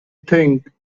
think